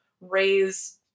raise